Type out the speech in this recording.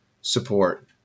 support